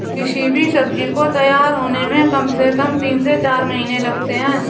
किसी भी सब्जी को तैयार होने में कम से कम तीन से चार महीने लगते हैं